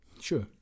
Sure